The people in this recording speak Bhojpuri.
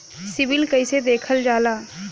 सिविल कैसे देखल जाला?